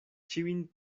ĉiujn